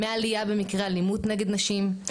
מהעלייה במקרי אלימות נגד אנשים,